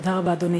תודה רבה, אדוני,